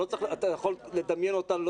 אתה יכול לדמיין אותן,